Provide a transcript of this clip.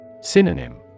Synonym